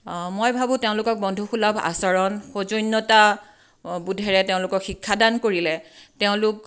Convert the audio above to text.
মই ভাবোঁ তেওঁলোকক বন্ধুসুলভ আচৰণ সৌজন্যতাবোধেৰে তেওঁলোকক শিক্ষাদান কৰিলে তেওঁলোক